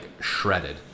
shredded